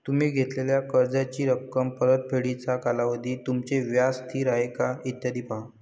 तुम्ही घेतलेल्या कर्जाची रक्कम, परतफेडीचा कालावधी, तुमचे व्याज स्थिर आहे का, इत्यादी पहा